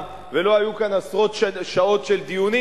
ולא היו כאן עשרות שעות של דיונים.